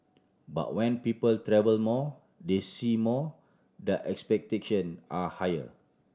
but when people travel more they see more their expectation are higher